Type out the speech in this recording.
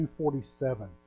2.47